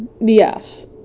Yes